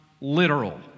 literal